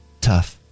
tough